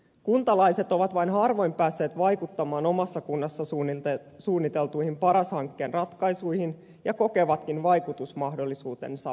kuntalaiset ovat vain harvoin päässeet vaikuttamaan omassa kunnassa suunniteltuihin paras hankkeen ratkaisuihin ja kokevatkin vaikutusmahdollisuutensa vähäisiksi